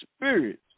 Spirit